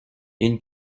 une